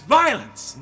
violence